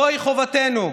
זוהי חובתנו.